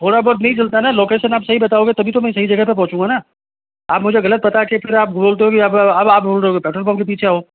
थोड़ा बहुत नहीं चलता न लोकेशन आप सही बताओगे तभी तो मैं सही जगह पर पहुँचूँगा न आप मुझे गलत बता कर फिर आप बोलते हो की अब आप बोल रहे हो कि पेट्रोल पंप के पीछे हो